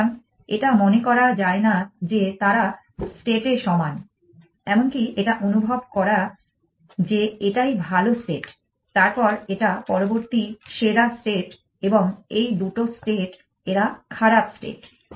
সুতরাং এটা মনে করা যায় না যে তারা স্টেট এ সমান এমনকি এটা অনুভব করা যে এটাই ভাল স্টেট তারপর এটা পরবর্তী সেরা স্টেট এবং এই দুটো স্টেট এরা খারাপ স্টেট